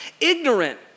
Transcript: ignorant